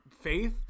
faith